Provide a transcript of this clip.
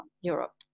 Europe